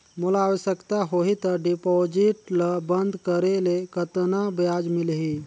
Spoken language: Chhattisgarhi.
मोला आवश्यकता होही त डिपॉजिट ल बंद करे ले कतना ब्याज मिलही?